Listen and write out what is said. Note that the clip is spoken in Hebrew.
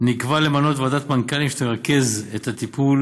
נקבע למנות ועדת מנכ"לים שתרכז את הטיפול